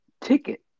ticket